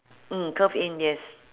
mm curve in yes